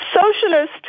socialist